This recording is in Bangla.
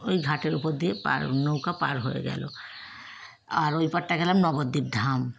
ওই ঘাটের উপর দিয়ে পার নৌকা পার হয়ে গেল আর ওই পাড়টায় গেলাম নবদ্বীপ ধাম